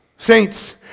Saints